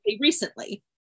recently